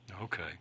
Okay